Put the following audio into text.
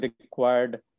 required